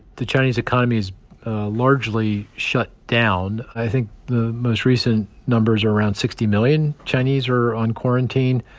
the chinese economy's largely shut down. i think the most recent number's around sixty million chinese are on quarantine,